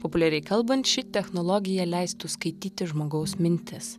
populiariai kalbant ši technologija leistų skaityti žmogaus mintis